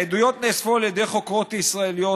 העדויות נאספו על ידי חוקרות ישראליות,